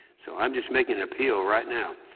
so i'm just making an appeal right now